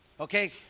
okay